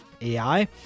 AI